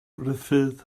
ruffydd